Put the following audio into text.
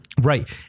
Right